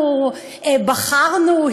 אנחנו בחרנו,